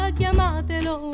chiamatelo